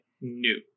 new